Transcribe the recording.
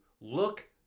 look